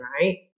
right